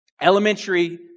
elementary